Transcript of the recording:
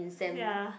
ya